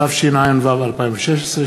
התשע"ו 2016,